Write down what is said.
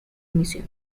misión